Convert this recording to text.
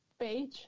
page